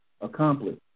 accomplished